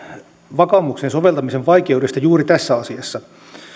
vakaumuksen soveltamisen vaikeudesta juuri tässä asiassa